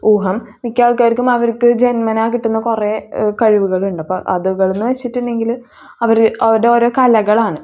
ഊഹം മിക്ക ആൾക്കാർക്കും അവർക്ക് ജന്മനാ കിട്ടുന്ന കുറെ കഴിവുകൾ ഉണ്ട് അപ്പോൾ അതൊന്ന് വെച്ചിട്ടുണ്ടെങ്കിൽ അവർ അവരുടെ ഓരോ കലകളാണ്